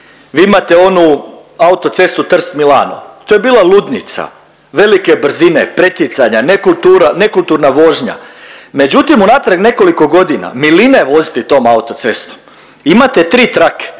Vi imate onu autocestu Trst-Milano to je bila ludnica, velike brzine, pretjecanja, nekultura, nekulturna vožnja međutim unatrag nekoliko godina milina je voziti tom autocestom. Imate 3 trake